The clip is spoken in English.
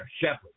shepherd